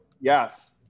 Yes